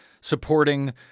supporting